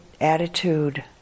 attitude